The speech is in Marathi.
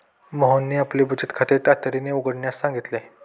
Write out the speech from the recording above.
मोहनने आपले बचत खाते तातडीने उघडण्यास सांगितले